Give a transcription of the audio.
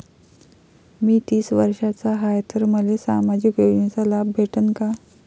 मी तीस वर्षाचा हाय तर मले सामाजिक योजनेचा लाभ भेटन का?